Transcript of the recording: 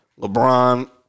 LeBron